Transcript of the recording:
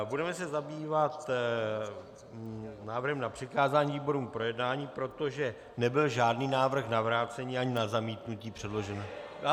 Budeme se zabývat návrhem na přikázání výborům k projednání, protože nebyl žádný návrh na vrácení ani na zamítnutí předložených...